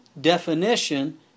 definition